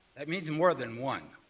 that means more than one.